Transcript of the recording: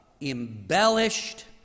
embellished